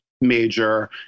major